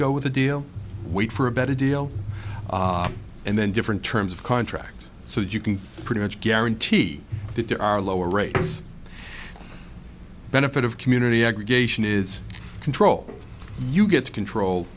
go with the deal wait for a better deal and then different terms of contract so that you can pretty much guarantee that there are lower rates benefit of community aggregation is control you get to control